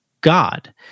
God